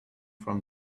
from